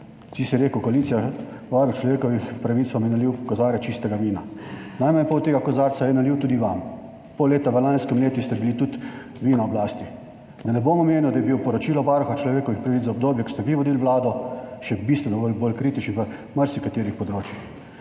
ti si rekel koaliciji: »Varuh človekovih pravic vam je nalil kozarec čistega vina.« Najmanj pol tega kozarca je nalil tudi vam. Pol leta v lanskem letu ste bili tudi vi na oblasti. Da ne bom omenil, da je bilo poročilo Varuha človekovih pravic za obdobje, ko ste vi vodili Vlado, še bistveno bolj kritično na marsikaterih področjih.